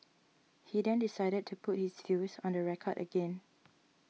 he then decided to put his views on the record again